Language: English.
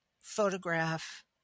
photograph